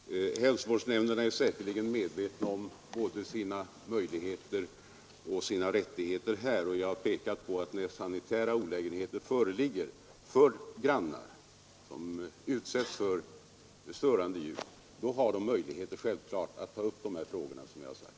Herr talman! Hälsovårdsnämnderna är säkerligen medvetna om både sina möjligheter och sina rättigheter här. Jag har pekat på att när sanitära olägenheter föreligger för grannar, som utsätts för störande ljud, har de självfallet möjlighet att ta upp sådana frågor för direkta åtgärder, såsom jag redan har sagt.